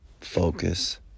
focus